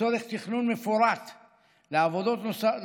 לצורך תכנון מפורט לעבודות,